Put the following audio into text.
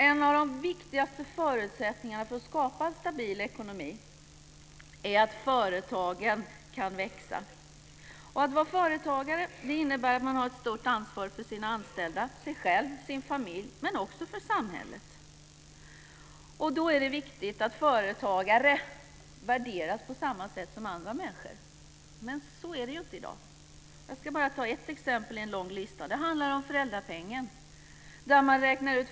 En av de viktigaste förutsättningarna för att skapa en stabil ekonomi är att företagen kan växa. Att vara företagare innebär att man har ett stort ansvar för sina anställda, sig själv och sin familj, men också för samhället. Då är det viktigt att företagare värderas på samma sätt som andra människor. Men så är det inte i dag. Jag ska bara ta ett exempel från en lång lista. Det handlar om föräldrapenningen.